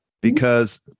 because-